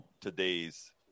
today's